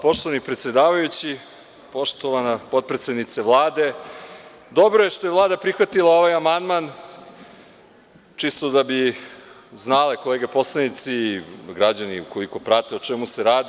Poštovani predsedavajući, poštovana potpredsednice Vlade, dobro je što je Vlada prihvatila ovaj amandman, čisto da bi znale kolege poslanici, građani koji prate, o čemu se radi.